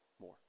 more